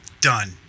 done